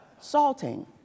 Salting